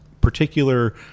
particular